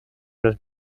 los